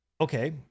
Okay